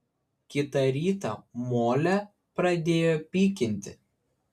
kitą rytą molę pradėjo pykinti